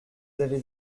avez